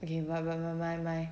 okay my my my my my